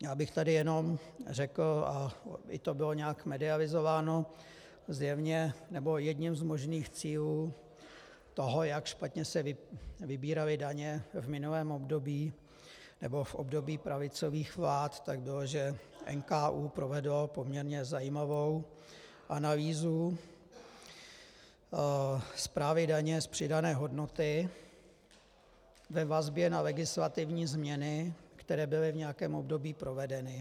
No, já bych tady jenom řekl a i to bylo nějak medializováno, zjevně, nebo jedním z možných cílů toho, jak špatně se vybíraly daně v minulém období nebo v období pravicových vlád, tak bylo, že NKÚ provedl poměrně zajímavou analýzu správy daně z přidané hodnoty ve vazbě na legislativní změny, které byly v nějakém období provedeny.